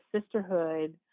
sisterhood